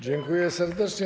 Dziękuję serdecznie.